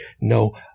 no